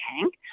tank